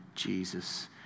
Jesus